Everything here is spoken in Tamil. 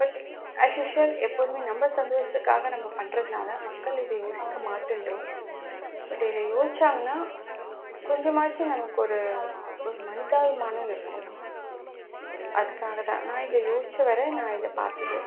பட் ஆஸ்யூஸ்வல் எப்போதுமே நம்ம சந்தோஷத்துக்காக நம்ம பண்ணுறதுனால மக்கள் இதை யோசிக்கமாட்டேன்றோம் பட் இதை யோசித்தாங்கன்னா கொஞ்சமாச்சும் நமக்கு ஒரு ஒரு மனிதாபிமானம் இருக்கும் அதுக்காக தான் நான் இதை யோசித்த வரை நான் இதை பார்த்தது